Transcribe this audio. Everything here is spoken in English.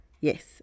Yes